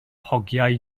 hogiau